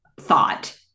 thought